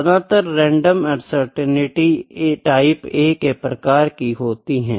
ज्यादातर random uncertainty type A के प्रकार की होती है